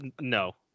no